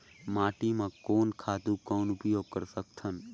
माटी म कोन खातु कौन उपयोग कर सकथन?